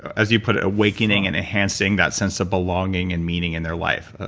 as you put it, awakening and enhancing that sense of belonging and meaning in their life?